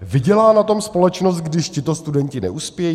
Vydělá na tom společnost, když tito studenti neuspějí?